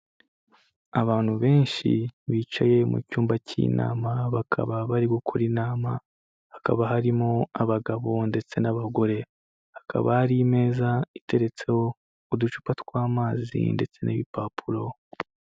Abantu benshi bicaye mu cyumba cy'inama, bakaba bari gukora inama, hakaba harimo abagabo ndetse n'abagore. Haba hari imeza iteretseho uducupa tw'amazi ndetse n'ibipapuro.